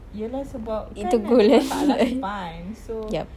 ya lah sebab kan ada masalah spine so